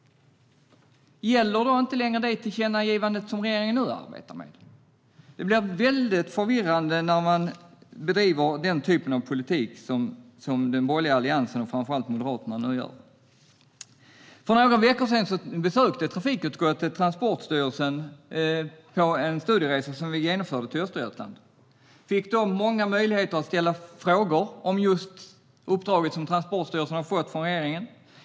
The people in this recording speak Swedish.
Gäller då inte längre det tillkännagivande som regeringen nu arbetar med? Det blir väldigt förvirrande när man bedriver den typ av politik som den borgerliga alliansen och framför allt Moderaterna nu bedriver. För några veckor sedan besökte trafikutskottet Transportstyrelsen på en studieresa till Östergötland. Vi fick då många möjligheter att ställa frågor om det uppdrag som Transportstyrelsen fått från regeringen.